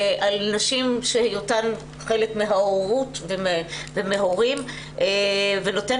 על נשים שהיותן חלק מההורות והורים ונותן